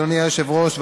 אדוני היושב-ראש,